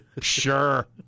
Sure